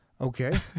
Okay